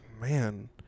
man